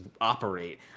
operate